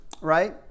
right